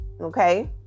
okay